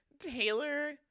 Taylor